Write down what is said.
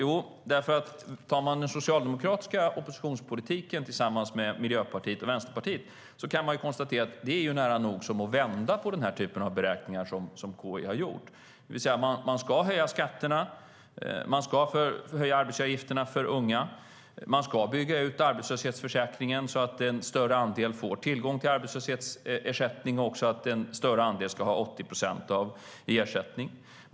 Jo, för att Socialdemokraternas oppositionspolitik tillsammans med Miljöpartiets och Vänsterpartiets nära nog vänder på de beräkningar som KI gjort. Ni ska höja skatterna, och ni ska höja arbetsgivaravgifterna för unga. Ni ska bygga ut arbetslöshetsförsäkringen så att en större andel får tillgång till arbetslöshetsersättning och fler får 80 procent i ersättning.